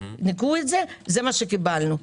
וזה מה שקיבלנו.